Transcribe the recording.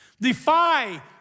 Defy